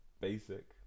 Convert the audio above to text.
Basic